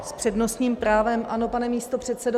S přednostním právem, pane místopředsedo.